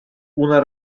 una